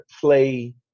play